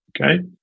Okay